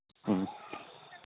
ꯑꯥ